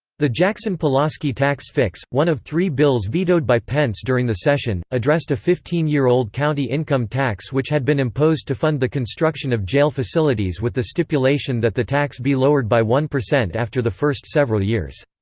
the jackson-pulaski tax fix, one of three bills vetoed by pence during the session, addressed a fifteen year old county income tax which had been imposed to fund the construction construction of jail facilities with the stipulation that the tax be lowered by one percent after the first several years.